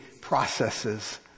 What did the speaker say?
processes